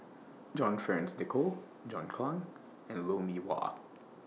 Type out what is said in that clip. John Fearns Nicoll John Clang and Lou Mee Wah